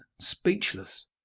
speechless